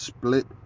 Split